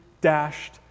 Dashed